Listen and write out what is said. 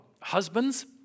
Husbands